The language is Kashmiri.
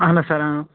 اَہَن حظ سَر اۭں